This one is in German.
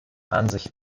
ansicht